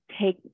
take